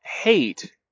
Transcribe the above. hate